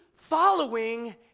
following